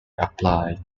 applied